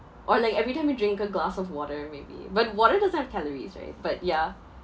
or like every time you drink a glass of water maybe but water doesn't have calories right but ya